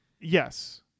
Yes